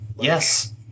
Yes